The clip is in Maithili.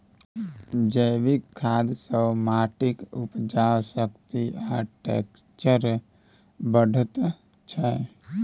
जैबिक खाद सँ माटिक उपजाउ शक्ति आ टैक्सचर बढ़ैत छै